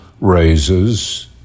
raises